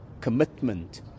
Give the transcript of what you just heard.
commitment